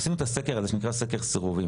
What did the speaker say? עשינו את הסקר הזה שנקרא "סקר סירובים",